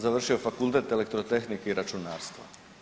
Završio je Fakultet elektrotehnike i računarstva.